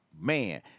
man